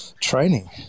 training